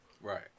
Right